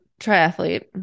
triathlete